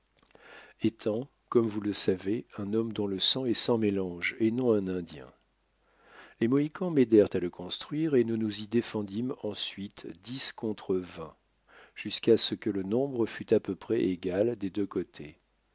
étant comme vous le savez un homme dont le sang est sans mélange et non un indien les mohicans m'aidèrent à le construire et nous nous y défendîmes ensuite dix contre vingt jusqu'à ce que le nombre fût à peu près égal des deux côtés